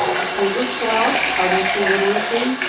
october twelfth financial literacy,